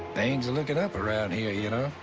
things are looking up around here, you know?